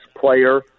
player